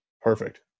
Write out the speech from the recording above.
perfect